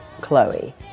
Chloe